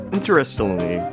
Interestingly